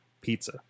Pizza